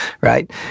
right